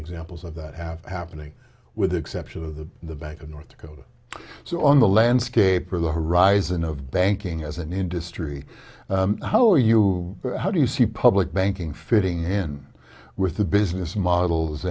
examples of that have happening with the exception of the the bank of north dakota so on the landscape or the horizon of banking as an industry how are you how do you see public banking fitting in with the business models